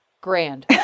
grand